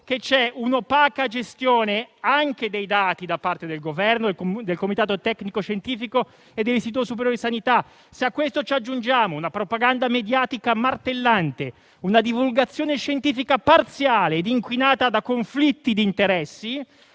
che c'è anche un'opaca gestione dei dati da parte del Governo, del comitato tecnico-scientifico e dell'Istituto superiore di sanità. Se a ciò aggiungiamo una propaganda mediatica martellante, una divulgazione scientifica parziale ed inquinata da conflitti di interessi,